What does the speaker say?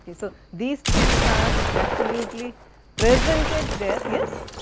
so these things are absolutely presented there, yes?